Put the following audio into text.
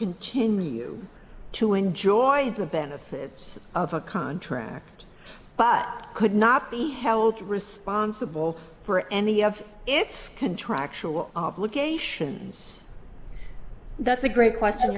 continue to enjoy the benefits of a contract but could not be held responsible for any of its contractual obligations that's a great question